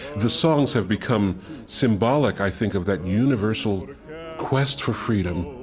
the songs have become symbolic, i think, of that universal quest for freedom,